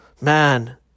man